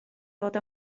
fod